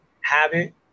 habit